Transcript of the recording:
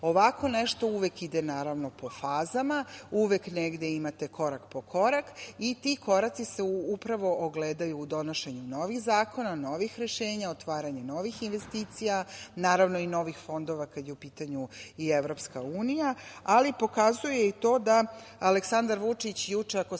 nešto uvek ide po fazama, uvek negde imate korak po korak i ti koraci se upravo ogledaju u donošenju novih zakona, novih rešenja, otvaranjem novih investicija i novih fondova kada je u pitanju i EU, ali pokazuje i to da je Aleksandar Vučić juče, ako se